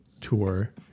tour